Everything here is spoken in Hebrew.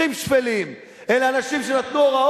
מי שיפריע